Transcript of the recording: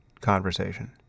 conversation